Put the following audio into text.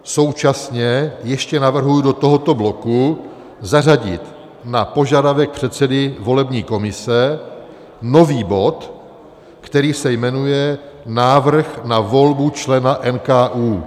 Současně ještě navrhuji do tohoto bloku zařadit na požadavek předsedy volební komise nový bod, který se jmenuje Návrh na volbu člena NKÚ.